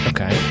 Okay